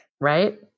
Right